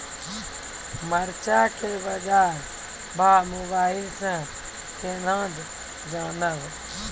मरचा के बाजार भाव मोबाइल से कैनाज जान ब?